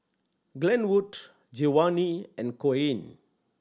Glenwood Giovani and Coen